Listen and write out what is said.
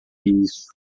isso